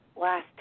last